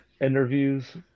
interviews